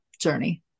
journey